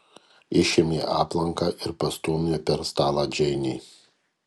išėmė aplanką ir pastūmė per stalą džeinei